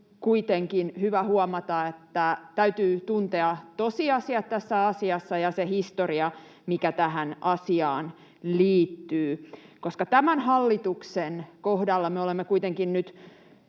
on kuitenkin hyvä huomata, että täytyy tuntea tosiasiat tässä asiassa ja se historia, mikä tähän asiaan liittyy. Tämän hallituksen kohdalla me olemme kuitenkin nyt